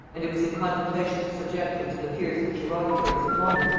and it was in contemplation to subject him to the fierce interrogatories of bonner,